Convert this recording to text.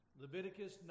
Leviticus